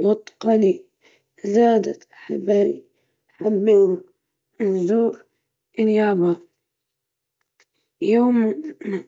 والتواصل مع ناس من ثقافات مختلفة.